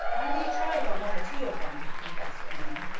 i may try for one or two of them, confessed anne,